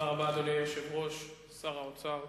שר האוצר,